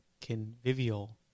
convivial